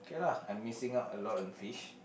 K lah I missing out a lot on fish